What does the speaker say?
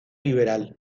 liberal